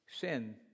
sin